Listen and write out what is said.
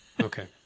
Okay